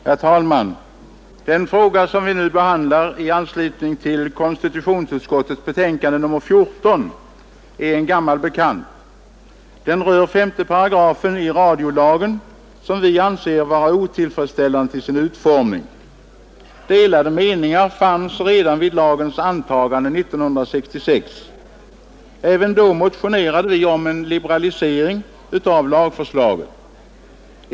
Herr talman! Den fråga som vi nu behandlar i anslutning till konstitutionsutskottets betänkande nr 14 är en gammal bekant. Den rör sig om en paragraf i radiolagen, som vi anser vara otillfredsställande till sin utformning. Delade meningar fanns redan vid lagens antagande 1966. Även då motionerade vi om en liberalisering av lagförslaget.